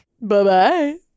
Bye-bye